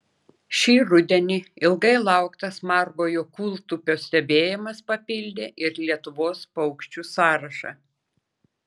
šį rudenį ilgai lauktas margojo kūltupio stebėjimas papildė ir lietuvos paukščių sąrašą